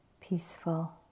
peaceful